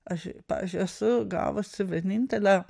aš pavyzdžiui esu gavusi vienintelę